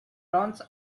lawns